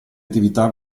attività